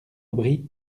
aubry